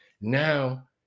Now